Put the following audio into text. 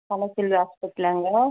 Kalaiselvi ஹாஸ்பிட்லாங்க